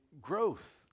growth